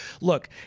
Look